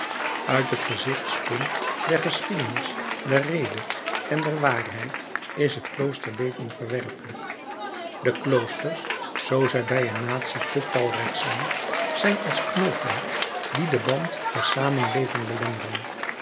uit het gezichtspunt der geschiedenis der rede en der waarheid is het kloosterleven verwerpelijk de kloosters zoo zij bij een natie te talrijk zijn zijn als knoopen die den band der samenleving belemmeren